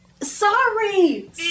Sorry